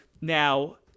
Now